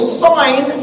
sign